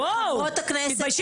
על מה יש לי להתבייש?